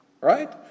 Right